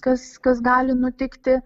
kas kas gali nutikti